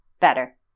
better